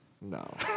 No